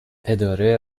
اداره